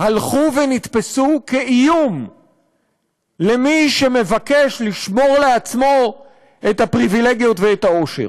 הלכו ונתפסו כאיום למי שמבקש לשמור לעצמו את הפריבילגיות ואת העושר.